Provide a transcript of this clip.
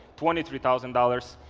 twenty three thousand dollars,